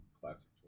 Classic